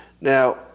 Now